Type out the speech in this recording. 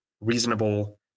reasonable